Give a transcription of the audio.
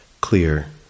clear